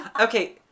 okay